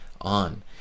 on